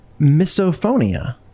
misophonia